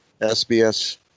SBS